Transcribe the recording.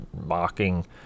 mocking